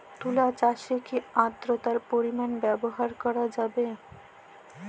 তুলা চাষে কি আদ্রর্তার পরিমাণ ব্যবহার করা যাবে?